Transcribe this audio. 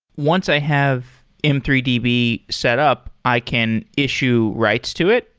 once i have m three d b set up, i can issue writes to it.